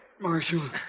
Marshal